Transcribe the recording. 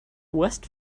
west